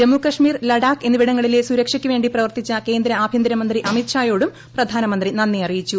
ജമ്മു കശ്മീർ ലഡാക്ക് എന്നിവിടങ്ങളിലെ സുരക്ഷയ്ക്ക് വേ പ്രവർത്തിച്ച കേന്ദ്ര ആഭ്യന്തര മന്ത്രി അമിത്ഷായോടും പ്രധാനമന്ത്രി നന്ദി അറിയിച്ചു